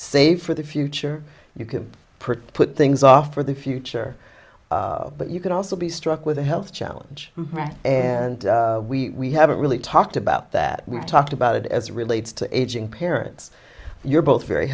save for the future you can put things off for the future but you can also be struck with a health challenge and we haven't really talked about that we've talked about it as relates to aging parents you're both very